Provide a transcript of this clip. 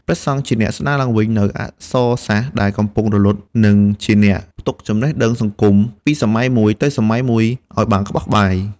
ព្រះសង្ឃជាអ្នក ស្តារឡើងវិញនូវអក្សរសាស្ត្រដែលកំពុងរលត់ និងជាអ្នក ផ្ទុកចំណេះដឹងសង្គម ពីសម័យមួយទៅសម័យមួយឱ្យបានក្បោះក្បាយ។